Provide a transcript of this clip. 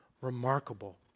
remarkable